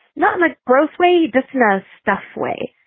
not much crossway this you know stuff way.